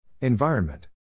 Environment